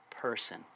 person